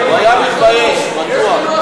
ז'בוטינסקי היה מתהפך בקברו.